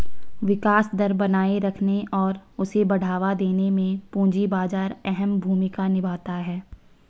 विकास दर बनाये रखने और उसे बढ़ावा देने में पूंजी बाजार अहम भूमिका निभाता है